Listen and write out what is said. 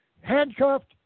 handcuffed